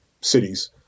cities